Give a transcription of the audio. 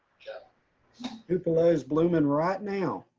yeah tupelo s blooming right now,